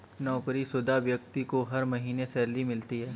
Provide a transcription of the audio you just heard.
नौकरीशुदा व्यक्ति को हर महीने सैलरी मिलती है